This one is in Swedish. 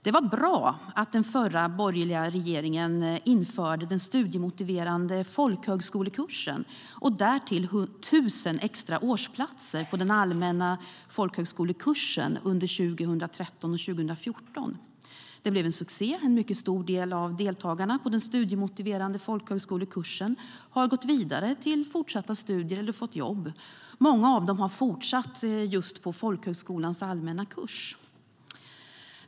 Det var bra att den förra borgerliga regeringen införde den studiemotiverande folkhögskolekursen och därtill 1 000 extra årsplatser på den allmänna folkhögskolekursen under 2013 och 2014. Det blev en succé. En mycket stor del av deltagarna på den studiemotiverande folkhögskolekursen har gått vidare till fortsatta studier eller fått jobb. Många av dem har fortsatt på just folkhögskolans allmänna kurs.